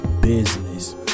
business